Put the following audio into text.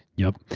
yup.